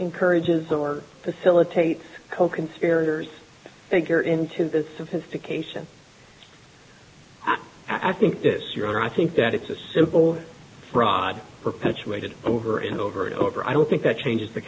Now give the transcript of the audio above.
encourages or facilitate coconspirators figure into the sophistication i think this year i think that it's a simple fraud perpetuated over and over and over i don't think that changes the